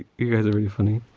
you guys are really funny!